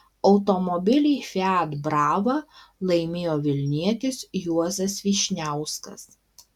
automobilį fiat brava laimėjo vilnietis juozas vyšniauskas